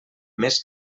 més